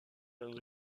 dans